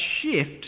shift